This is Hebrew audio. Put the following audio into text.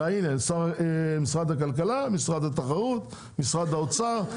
הנה משרד הכלכלה, משרד התחרות, משרד האוצר.